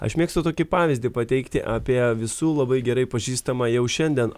aš mėgstu tokį pavyzdį pateikti apie visų labai gerai pažįstamą jau šiandien